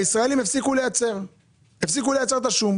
הישראלים הפסיקו לייצר את השום.